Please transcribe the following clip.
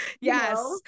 Yes